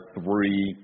three